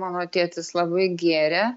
mano tėtis labai gėrė